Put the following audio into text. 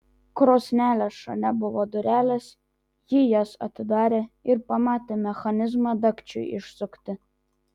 krosnelės šone buvo durelės ji jas atidarė ir pamatė mechanizmą dagčiui išsukti